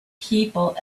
people